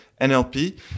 NLP